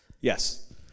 Yes